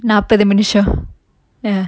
நாப்பது மினிசம்:nappathu minisam ya